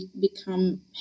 become